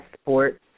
sports